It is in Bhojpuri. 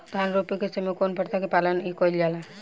धान रोपे के समय कउन प्रथा की पालन कइल जाला?